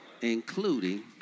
including